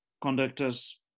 conductors